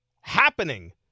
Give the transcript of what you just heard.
happening